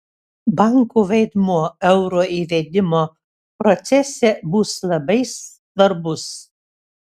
bankų vaidmuo euro įvedimo procese bus labai svarbus